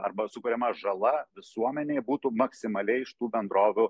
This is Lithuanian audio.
arba sukuriama žala visuomenei būtų maksimaliai iš tų bendrovių